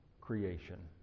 creation